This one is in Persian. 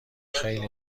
خیلی